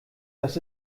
das